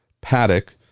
paddock